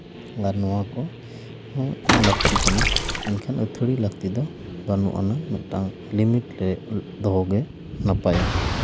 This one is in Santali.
ᱟᱵᱟᱨ ᱱᱚᱣᱟ ᱠᱚᱦᱚᱸ ᱢᱤᱫᱴᱟᱱ ᱞᱟᱹᱠᱛᱤ ᱠᱟᱱᱟ ᱢᱮᱱᱠᱷᱟᱱ ᱟᱹᱛᱷᱟᱹᱲᱤ ᱞᱟᱹᱠᱛᱤ ᱫᱚ ᱵᱟᱹᱱᱩᱜ ᱟᱱᱟᱝ ᱢᱤᱫᱴᱟᱱ ᱞᱤᱢᱤᱴ ᱨᱮ ᱫᱚᱦᱚ ᱜᱮ ᱱᱟᱯᱟᱭᱟ